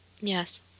Yes